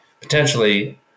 potentially